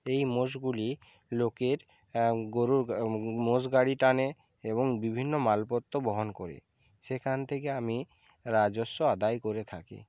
এই মোষগুলি লোকের গোরুর মোষ গাড়ি টানে এবং বিভিন্ন মালপত্র বহন করে সেখান থেকে আমি রাজস্ব আদায় করে থাকি